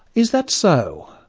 is that so?